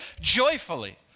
joyfully